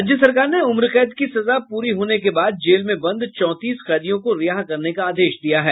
राज्य सरकार ने उम्र कैद की सजा पूरी होने के बाद जेल में बंद चौंतीस कैदियों को रिहा करने का आदेश दिया है